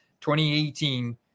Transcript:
2018